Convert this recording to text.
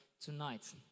tonight